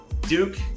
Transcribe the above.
Duke